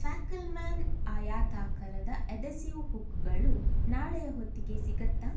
ಫ್ಯಾಕಲ್ಮ್ಯಾನ್ ಆಯಾತಾಕಾರದ ಅಧೆಸಿವ್ ಹುಕ್ಗಳು ನಾಳೆಯ ಹೊತ್ತಿಗೆ ಸಿಗತ್ತಾ